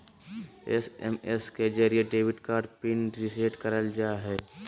SMS के जरिये debit card PIN reset करल जा हय